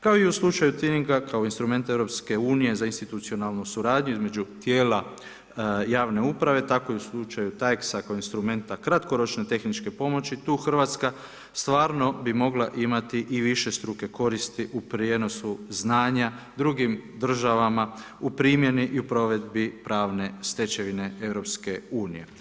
Kao i u slučaju Twininga kao instrumenta EU za institucionalnu suradnju, između tijela javne uprave, tako i u slučaju Tajeksa kao instrumenta kratkoročne tehničke pomoći, tu RH stvarno bi mogla imati i višestruke koristi u prijenosu znanja drugim državama u primjeni i provedbi pravne stečevine EU.